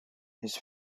his